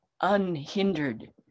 unhindered